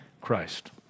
Christ